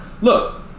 look